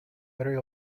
very